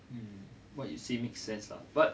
um what you say makes sense lah but